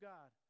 God